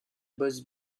boss